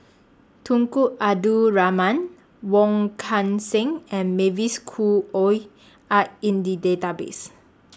Tunku Abdul Rahman Wong Kan Seng and Mavis Khoo Oei Are in The Database